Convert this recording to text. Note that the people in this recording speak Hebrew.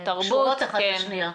הן קשורות אחת בשנייה.